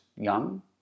young